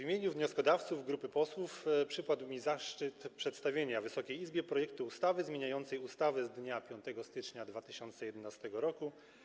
W imieniu wnioskodawców, grupy posłów, przypadł mi zaszczyt przedstawienia Wysokiej Izbie projektu ustawy zmieniającej ustawę z dnia 5 stycznia 2011 r.